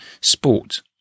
sport